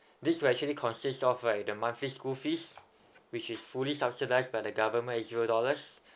this will actually consists of like the monthly school fees which is fully subsidised by the government is zero dollars